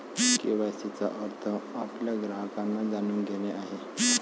KYC चा अर्थ आपल्या ग्राहकांना जाणून घेणे आहे